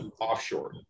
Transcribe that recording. offshore